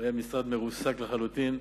הוא היה משרד מרוסק לחלוטין,